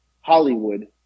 Hollywood